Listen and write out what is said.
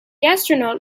astronaut